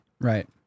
right